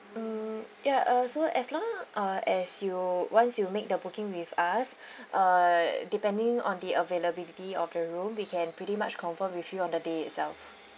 mm yeah uh so as long uh as you once you make the booking with us uh depending on the availability of the room we can pretty much confirm with you on the day itself